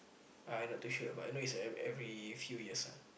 I not too sure but I know it's at every every few years ah